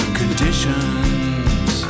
conditions